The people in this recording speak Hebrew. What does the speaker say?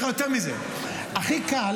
יותר מזה, הכי קל